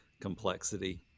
complexity